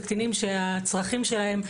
הצרכים שלהם,